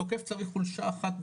תוקף צריך חולשה אחת,